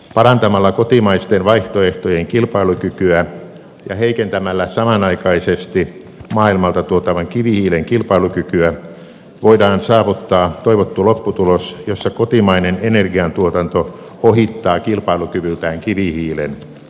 parantamalla kotimaisten vaihtoehtojen kilpailukykyä ja heikentämällä samanaikaisesti maailmalta tuotavan kivihiilen kilpailukykyä voidaan saavuttaa toivottu lopputulos jossa kotimainen energiantuotanto ohittaa kilpailukyvyltään kivihiilen